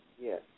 Yes